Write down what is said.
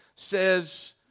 says